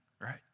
right